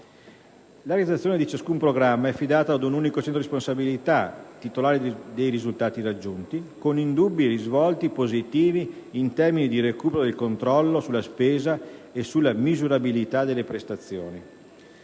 La realizzazione di ciascun programma è affidata ad un unico centro di responsabilità, titolare dei risultati raggiunti, con indubbi risvolti positivi in termini di recupero del controllo sulla spesa e della misurabilità delle prestazioni.